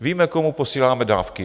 Víme, komu posíláme dávky.